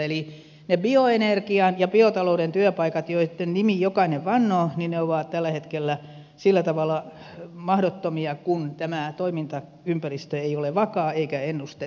eli ne bioenergian ja biotalouden työpaikat joitten nimiin jokainen vannoo ovat tällä hetkellä sillä tavalla mahdottomia kun tämä toimintaympäristö ei ole vakaa eikä ennustettava